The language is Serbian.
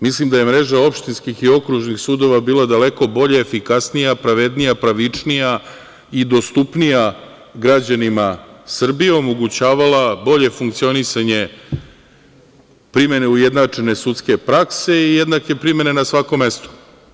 Mislim da je mreža opštinskih i okružnih sudova bila daleko bolje efikasnija, pravednija, pravičnija i dostupnija građanima Srbije, omogućavala bolje funkcionisanje primene ujednačene sudske prakse i jednake primene na svakom mestu.